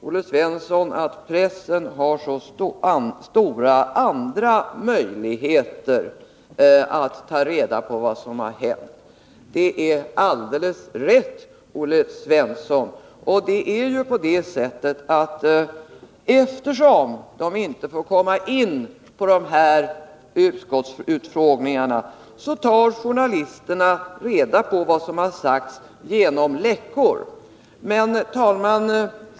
Olle Svensson säger att pressen har så stora andra möjligheter att ta reda på vad som har hänt. Det är alldeles rätt, Olle Svensson. Eftersom journalisterna inte får vara med på dessa utskottsutfrågningar, tar de reda på vad som har hänt genom läckor.